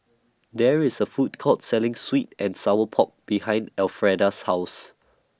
There IS A Food Court Selling Sweet and Sour Pork behind Elfreda's House